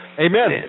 Amen